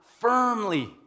firmly